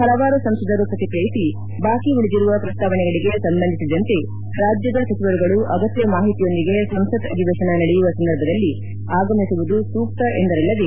ಹಲವಾರು ಸಂಸದರು ಪ್ರತಿಕ್ರಿಯಿಸಿ ಬಾಕಿ ಉಳಿದಿರುವ ಪ್ರಸ್ತಾವನೆಗಳಿಗೆ ಸಂಬಂಧಿಸಿದಂತೆ ರಾಜ್ಯದ ಸಚಿವರುಗಳು ಅಗತ್ತ ಮಾಹಿತಿಯೊಂದಿಗೆ ಸಂಸತ್ ಅಧಿವೇತನ ನಡೆಯುವ ಸಂದರ್ಭದಲ್ಲಿ ಆಗಮಿಸುವುದು ಸೂಕ್ತ ಎಂದರಲ್ಲದೆ